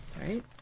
right